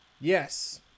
Yes